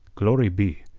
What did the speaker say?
glory be,